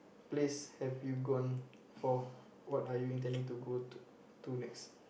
place have you gone for what are you intending to go to to next